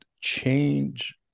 change